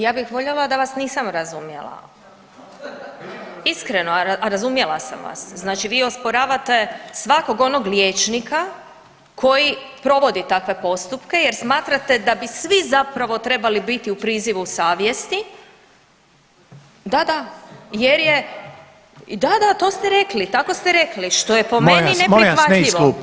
Ja bih voljela da vas nisam razumjela, iskreno, a razumjela sam vas, znači vi osporavate svakog onog liječnika koji provodi takve postupke jer smatrate da bi svi zapravo trebali biti u prizivu savjesti, da, da, jer je da, da to ste rekli, tako ste rekli što po meni [[Upadica: Molim vas, molim vas ne iz klupe.]] neprihvatljivo.